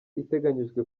iteganyijwe